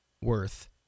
worth